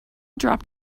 dropped